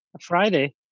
Friday